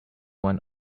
one